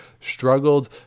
struggled